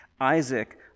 isaac